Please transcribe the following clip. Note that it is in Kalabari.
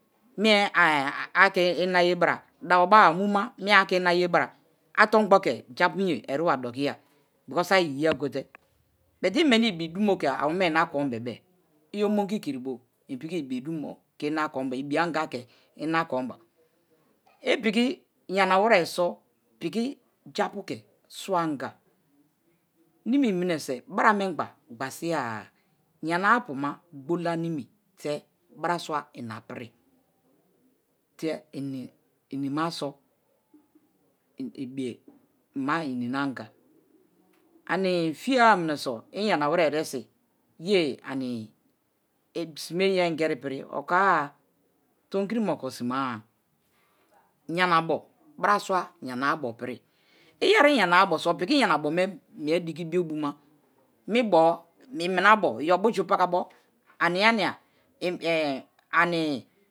Me̱ ake̱ i̱na ye̱ bara dabo̱ be̱ba muma me̱ ake̱ ina ye̱ bara. Atorungbo ke̱ japuge̱a eriba dokiya because a̱ e̱yiya go̱te. But imeni ibidumo ke̱ awome na ko̱m be̱be̱-e̱ iyomongi kiri bo̱ inpiki ibidumo ke̱ ina komba. Ipiki yanawere̱ so̱ piki japuke̱ su̱wa̱ anga. Ni̱mi̱ mi̱ne̱se̱ biramengba gbasiya yana-a apu̱ma gbo̱la nimi te̱ barasua ina piri te̱ inima so̱ i̱bi̱ma i̱ni̱na anga ini fiya-a mineso iyana we̱re̱ e̱re̱sin ye̱a anisime iyerige̱ri piri okoa-a. Tomikiri me̱ o̱ko̱sima-a, yanabo bra suwa yana-a bo̱ piri. I̱ye̱ri̱ yana-abo so̱ piki yanabo me̱ mie̱ diki bio bu̱ma mibo̱-o̱ iminabo̱ iyo̱bu̱ju̱ pakabo̱ ania-nia ehmn ani̱.